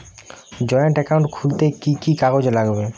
Joint account খুলতে কি কি কাগজ লাগবে?